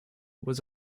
was